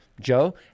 Joe